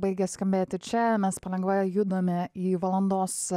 baigia skambėti čia mes palengva judame į valandos